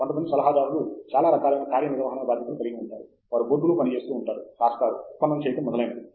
కొంతమంది సలహాదారులు చాలా రకాలైన కార్య నిర్వహణ భాద్యతలు కలిగి ఉంటారు వారు బోర్డులో పనిచేస్తూ ఉంటారు రాస్తారు ఉత్పన్నం చేయటం మొదలైనవి